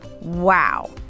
Wow